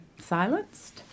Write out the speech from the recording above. silenced